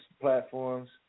platforms